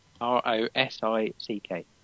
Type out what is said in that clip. R-O-S-I-C-K